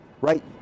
right